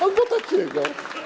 Albo takiego?